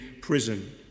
prison